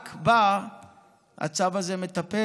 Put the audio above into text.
רק בה הצו הזה מטפל,